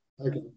Okay